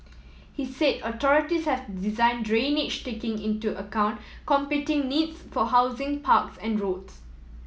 he said authorities have design drainage she taking into account competing needs for housing parks and roads